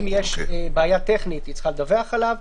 אם יש בעיה טכנית היא צריכה לדווח עליו.